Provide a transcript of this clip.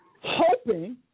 hoping